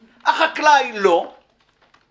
גברתי, בבקשה, ולאחר מכן מולי.